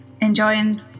enjoying